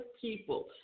people